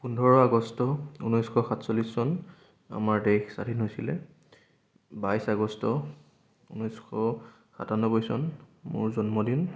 পোন্ধৰ আগষ্ট ঊনৈছশ সাতচল্লিছ চন আমাৰ দেশ স্বাধীন হৈছিলে বাইছ আগষ্ট ঊনৈছশ সাতানব্বৈ চন মোৰ জন্মদিন